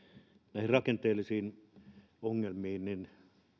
näihin rakenteellisiin ongelmiin